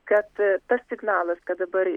kad tas signalas kad dabar